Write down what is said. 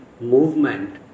movement